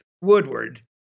Woodward